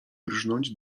rżnąć